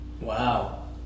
Wow